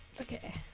Okay